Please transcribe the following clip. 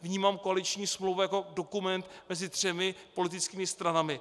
Vnímám koaliční smlouvu jako dokument mezi třemi politickými stranami.